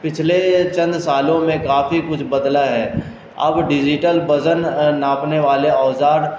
پچھلے چند سالوں میں کافی کچھ بدلا ہے اب ڈیجیٹل وزن ناپنے والے اوزار